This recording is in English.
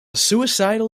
suicidal